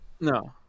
no